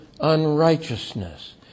unrighteousness